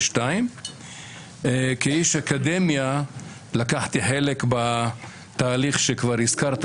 כאיש אקדמיה לקחתי חלק בתהליך שכבר הזכרת,